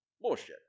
bullshit